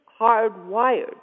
hardwired